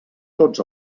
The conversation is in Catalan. tots